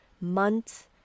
Months